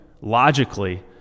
logically